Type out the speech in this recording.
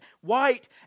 white